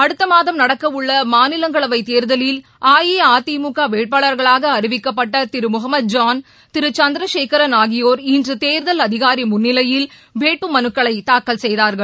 அடுத்தமாதம் நடக்கவுள்ள மாநிலங்களவை தேர்தலில் அஇஅதிமுக வேட்பாளர்களாக அறிவிக்கப்பட்ட திரு முகமத் ஜான் திரு சந்திரசேகரன் ஆகியோர் இன்று தேர்தல் அதிகாரி முன்னிலையில் வேட்பு மனுக்களை தாக்கல் செய்தார்கள்